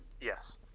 Yes